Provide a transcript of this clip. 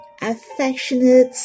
affectionate